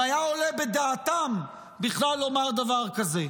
אם היה עולה בדעתם בכלל לומר דבר כזה.